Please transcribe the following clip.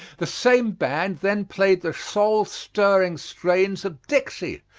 the same band then played the soul-stirring strains of dixie,